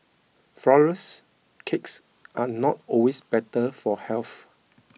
Flourless Cakes are not always better for health